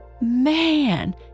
Man